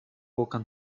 окон